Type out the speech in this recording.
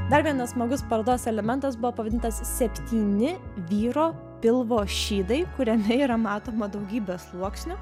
dar vienas smagus parodos elementas buvo pavadintas septyni vyro pilvo šydai kuriame yra matoma daugybė sluoksnių